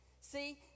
See